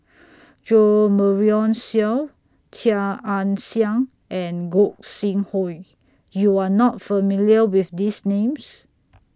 Jo Marion Seow Chia Ann Siang and Gog Sing Hooi YOU Are not familiar with These Names